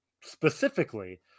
specifically